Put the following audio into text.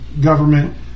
government